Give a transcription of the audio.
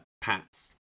pats